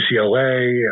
UCLA